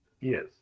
Yes